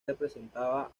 representaba